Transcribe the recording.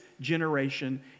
generation